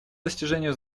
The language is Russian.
достижению